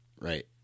Right